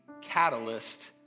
catalyst